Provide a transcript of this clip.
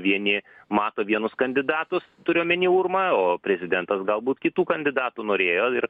vieni mato vienus kandidatus turiu omeny urmą o prezidentas galbūt kitų kandidatų norėjo ir